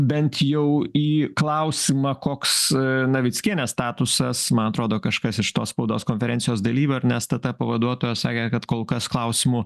bent jau į klausimą koks navickienės statusas man atrodo kažkas iš tos spaudos konferencijos dalyvių ar ne stt pavaduotoja sakė kad kol kas klausimų